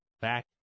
back